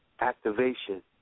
activation